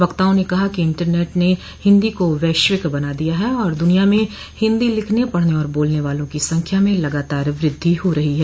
वक्ताओं ने कहा कि इंटरनेट ने हिन्दी को वैश्विक बना दिया है और दुनिया में हिन्दी लिखने पढ़ने और बोलने वालों की संख्या में लगातार वृद्धि हो रही है